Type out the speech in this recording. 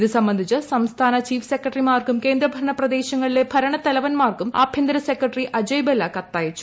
ഇത് സംബന്ധിച്ച് സംസ്ഥാന ചീഫ് സെക്രട്ടറിമാർക്കും കേന്ദ്രഭരണ പ്രദേശങ്ങളിലെ ഭരണത്തില്പൂൻമാർക്കും ആഭ്യന്തര സെക്രട്ടറി അജയ് ബെല്ല കത്തയച്ചു